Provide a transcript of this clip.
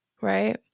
Right